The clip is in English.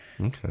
Okay